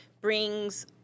brings